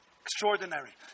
Extraordinary